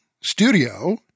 studio